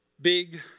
Big